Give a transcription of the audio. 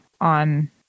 on